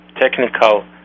technical